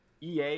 EA